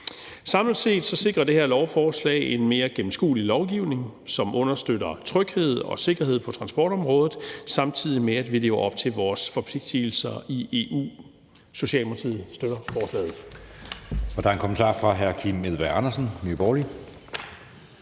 Samlet set sikrer det her lovforslag en mere gennemskuelig lovgivning, som understøtter tryghed og sikkerhed på transportområdet, samtidig med at vi lever op til vores forpligtigelser i EU. Socialdemokratiet støtter forslaget.